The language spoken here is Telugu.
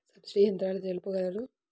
సబ్సిడీ యంత్రాలు తెలుపగలరు?